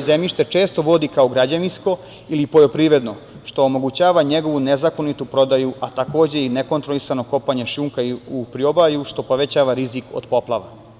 zemljište često vodi kao građevinsko i poljoprivredno što omogućava njegovu nezakonitu prodaju, a takođe i nekontrolisano kopanje šljunka u priobalju što povećava rizik od poplava.